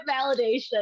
validation